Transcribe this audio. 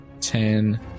ten